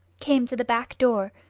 came to the back door,